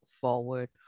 forward